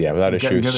yeah without issue,